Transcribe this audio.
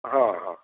हाँ हाँ